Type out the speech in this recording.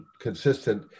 consistent